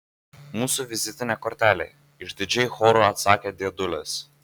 mūsų vizitinė kortelė išdidžiai choru atsakė dėdulės